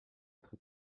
être